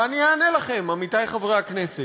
ואני אענה לכם, עמיתי חברי הכנסת: